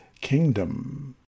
kingdom